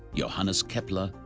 johannes kepler,